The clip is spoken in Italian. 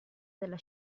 della